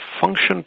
function